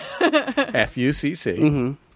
F-U-C-C